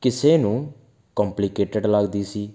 ਕਿਸੇ ਨੂੰ ਕੋਂਪਲੀਕੇਟਡ ਲੱਗਦੀ ਸੀ